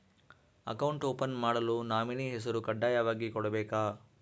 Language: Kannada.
ಅಕೌಂಟ್ ಓಪನ್ ಮಾಡಲು ನಾಮಿನಿ ಹೆಸರು ಕಡ್ಡಾಯವಾಗಿ ಕೊಡಬೇಕಾ?